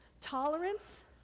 tolerance